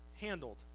handled